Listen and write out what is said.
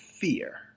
fear